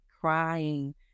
crying